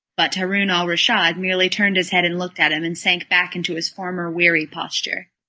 but haroun-al-raschid merely turned his head and looked at him, and sank back into his former weary posture.